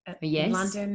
Yes